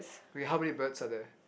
wait how many birds are there